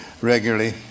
regularly